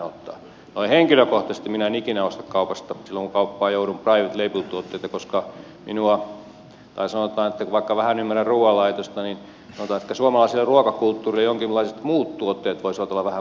noin henkilökohtaisesti minä en ikinä osta kaupasta silloin kun kauppaan joudun private label tuotteita koska vaikka minä vähän ymmärrän ruuanlaitosta niin sanotaan ehkä suomalaiselle ruokakulttuurille jonkinlaiset muut tuotteet voisivat olla vähän parempia kuin nämä private label tuotteet